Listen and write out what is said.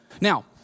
Now